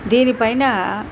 దీనిపైన